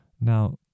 Now